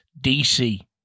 DC